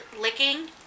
Licking